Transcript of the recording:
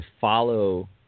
follow